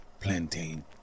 plantain